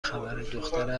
خبرهدختره